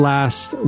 Last